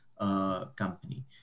company